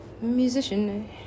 Musician